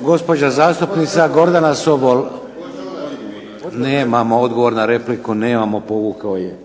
Gospođa zastupnica Gordana Sobol. Nemamo odgovor na repliku, povukao je.